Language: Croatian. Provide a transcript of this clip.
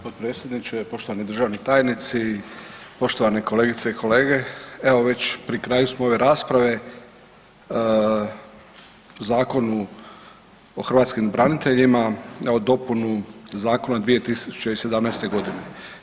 potpredsjedniče, poštovani državni tajnici, poštovane kolegice i kolege, evo već pri kraju smo ove rasprave o Zakonu o hrvatskim braniteljima o dopuni zakona od 2017. godine.